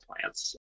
plants